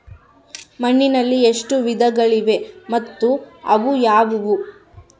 ಮಣ್ಣಿನಲ್ಲಿ ಎಷ್ಟು ವಿಧಗಳಿವೆ ಮತ್ತು ಅವು ಯಾವುವು?